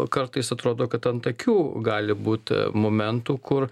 kartais atrodo kad ant akių gali būt momentų kur